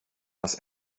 das